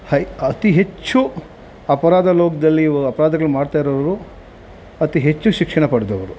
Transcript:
high ಅತಿ ಹೆಚ್ಚು ಅಪರಾಧ ಲೋಕದಲ್ಲಿ ಇವು ಅಪರಾಧಗ್ಳು ಮಾಡ್ತಾ ಇರೋವ್ರು ಅತಿ ಹೆಚ್ಚು ಶಿಕ್ಷಣ ಪಡೆದವ್ರು